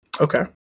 Okay